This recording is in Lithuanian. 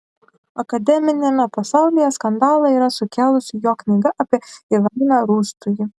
akademiniame pasaulyje skandalą yra sukėlusi jo knyga apie ivaną rūstųjį